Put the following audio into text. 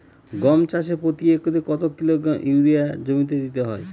গম চাষে প্রতি একরে কত কিলোগ্রাম ইউরিয়া জমিতে দিতে হয়?